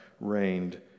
reigned